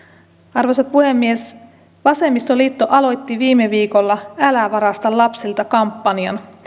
arvoisa puhemies vasemmistoliitto aloitti viime viikolla älä varasta lapsilta kampanjan